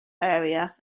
area